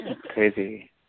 crazy